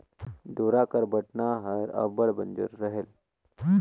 डोरा कर बटना हर अब्बड़ बंजर रहेल